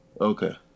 Okay